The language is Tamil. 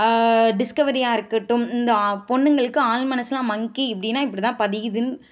டிஸ்கவரியாக இருக்கட்டும் இந்த ஆ பொண்ணுங்களுக்கு ஆள் மனசில் மங்க்கி இப்படின்னா இப்படிதான் பதியுதுன்னு